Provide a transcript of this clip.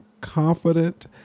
confident